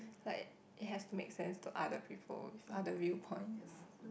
like it has to make sense to other people with other view points